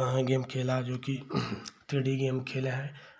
आ game खेला जोकि trendy game खेले हैं